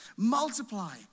Multiply